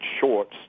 shorts